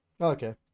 Okay